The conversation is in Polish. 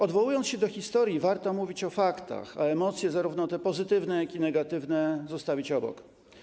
Odwołując się do historii, warto mówić o faktach, a emocje, zarówno te pozytywne, jak i negatywne, zostawić obok.